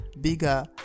bigger